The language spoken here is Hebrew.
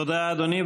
תודה, אדוני.